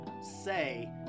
say